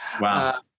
Wow